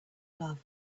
love